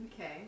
okay